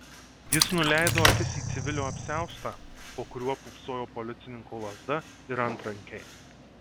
jis nuleido akis į civilio apsiaustą po kuriuo pūpsojo policininko lazda ir antrankiai